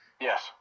Yes